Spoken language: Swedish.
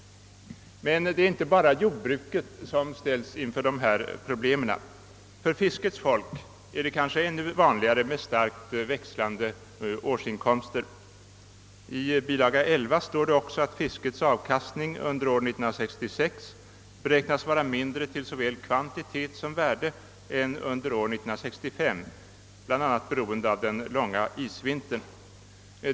Men det är inte bara jordbruket som ställs inför dessa problem. För fiskets folk är det kanske ännu vanligare med starkt växlande årsinkomster. Enligt bil. 11 beräknas fiskets avkastning under år 1966 vara mindre till såväl kvantitet som värde än under år 1965, bl.a. beroende på den långa isvintern.